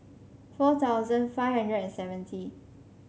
four thousand five hundred and seventy